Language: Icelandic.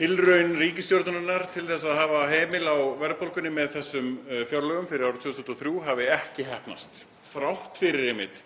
tilraun ríkisstjórnarinnar til að hafa hemil á verðbólgunni með þessum fjárlögum fyrir árið 2003 hafi ekki heppnast þrátt fyrir auknar